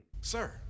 Sir